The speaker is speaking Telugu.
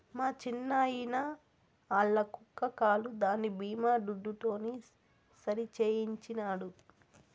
మా చిన్నాయిన ఆల్ల కుక్క కాలు దాని బీమా దుడ్డుతోనే సరిసేయించినాడు